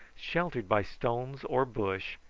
sheltered by stones or bush,